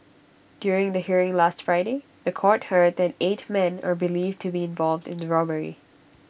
during the hearing last Friday The Court heard that eight men are believed to be involved in the robbery